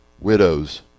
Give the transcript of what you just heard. widows